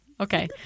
Okay